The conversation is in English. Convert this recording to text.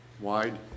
wide